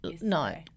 no